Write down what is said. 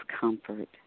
comfort